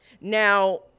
Now